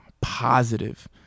positive